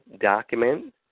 document